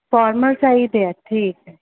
formal ਚਾਹੀਦੇ ਆ ਠੀਕ ਹੈ